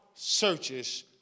searches